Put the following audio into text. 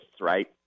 right